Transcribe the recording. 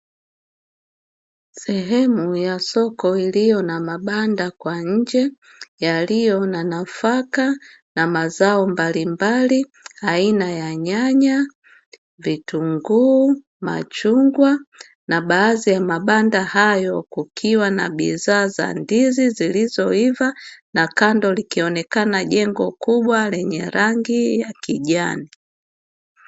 Sehemu ya soko iliyo na mabanda kwa nje yaliyo na nafaka na mazao mbalimbali aina ya nyanya, vitunguu, machungwa na baadhi ya mabanda hayo kukiwa na bidhaa za ndizi zilizoivaa na kando likionekana jengo kubwa lenye rangi ya kijani.